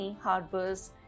harbors